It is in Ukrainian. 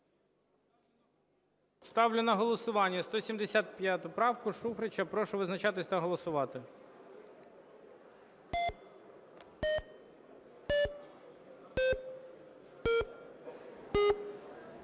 Ставлю на голосування 1072 правку. Прошу визначатись та голосувати.